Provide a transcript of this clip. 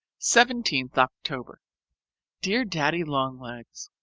seventeenth october dear daddy-long-legs,